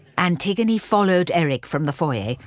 antigone followed eric from the foyer,